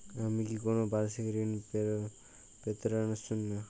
আমি কি কোন বাষিক ঋন পেতরাশুনা?